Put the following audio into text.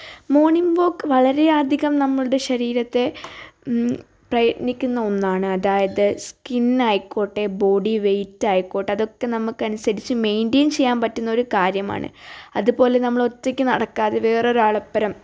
morning walk വളരേ അധികം നമ്മളുടെ ശരീരത്തെ പ്രയത്നിക്കുന്ന ഒന്നാണ് അതായത് സ്കിന്നായിക്കോട്ടെ ബോഡി വെയിറ്റായിക്കോട്ടെ അതൊക്കെ നമുക്കനുസരിച്ച് മെയിൻറ്റെയിൻ ചെയ്യാൻ പറ്റുന്നൊരു കാര്യമാണ് അതുപോലെ നമ്മൾ ഒറ്റയ്ക്ക് നടക്കാതെ വേറൊരാളൊപ്പരം